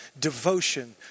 devotion